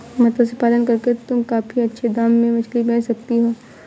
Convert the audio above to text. मत्स्य पालन करके तुम काफी अच्छे दाम में मछली बेच सकती हो